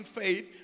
faith